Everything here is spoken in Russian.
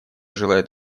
желает